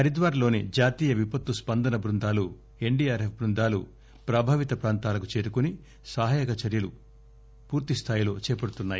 హరిద్వార్ లోని జాతీయ విపత్తు స్పందన బృందాలు ఎన్డీఆర్ఎఫ్ బృందాలు ప్రభావిత ప్రాంతాలకు చేరుకుని సహాయక రక్షణ చర్యలు పూర్తి స్థాయిలో చేపడుతున్నాయి